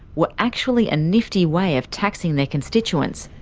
were actually a nifty way of taxing their constituents,